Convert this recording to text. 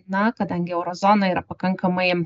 na kadangi euro zona yra pakankamai